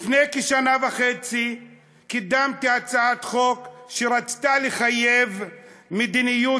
לפני כשנה וחצי קידמתי הצעת חוק שרצתה לחייב מדיניות